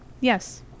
Yes